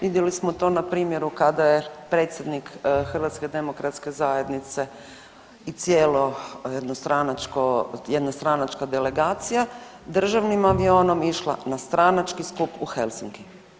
Vidjeli smo to na primjeru kada je predsjednik HDZ-a i cijelo jednostranačko, jednostranačka delegacija državnim avionom išla na stranački skup u Helsinki.